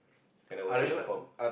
cannot wear uniform